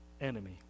enemy